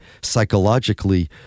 psychologically